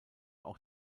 auch